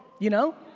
you know?